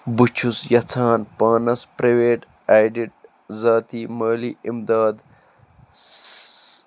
بہٕ چھُس یژھان پانَس پرٛایوٹ ایڈِڈ ذاتی مٲلی امداد س